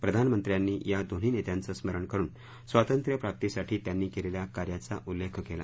प्रधानमंत्र्यांनी या दोन्ही नेत्यांचं स्मरण करुन स्वातंत्र्य प्राप्तीसाठी त्यांनी केलेल्या कार्याचा उल्लेख केला